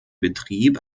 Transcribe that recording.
betrieb